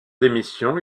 démission